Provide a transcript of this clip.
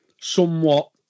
somewhat